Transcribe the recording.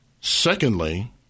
Secondly